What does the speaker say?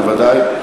בוודאי.